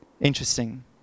Interesting